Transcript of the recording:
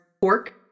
pork